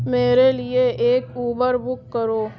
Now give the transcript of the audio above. میرے لیے ایک اوبر بک کرو